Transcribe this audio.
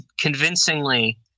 convincingly